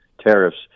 tariffs